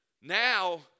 now